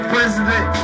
President